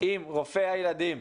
אם רופא הילדים